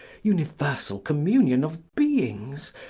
universal communion of beings,